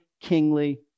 kingly